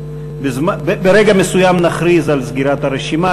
וברגע מסוים נכריז על סגירת הרשימה,